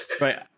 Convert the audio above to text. Right